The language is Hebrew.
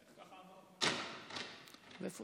גברתי היושבת-ראש, חבריי